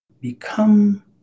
become